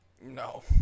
No